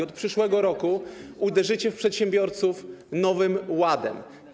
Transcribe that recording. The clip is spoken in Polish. Od przyszłego roku uderzycie w przedsiębiorców nowym ładem.